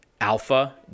Alpha